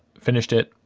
finished it,